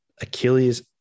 Achilles